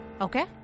Okay